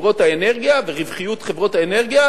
חברות האנרגיה ורווחיות חברות האנרגיה,